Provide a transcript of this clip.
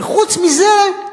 וחוץ מזה,